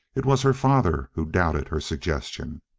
it was her father who doubted her suggestion.